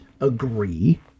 agree